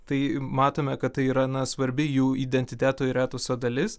tai matome kad tai yra na svarbi jų identiteto ir etoso dalis